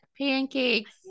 pancakes